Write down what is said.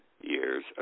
years